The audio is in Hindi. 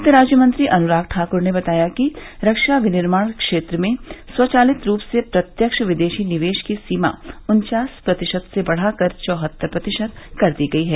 वित्त राज्यमंत्री अनुराग ठाक्र ने बताया कि रक्षा विनिर्माण क्षेत्र में स्वचालित रूप से प्रत्यक्ष विदेशी निवेश की सीमा उनचास प्रतिशत से बढाकर चौहत्तर प्रतिशत कर दी गई है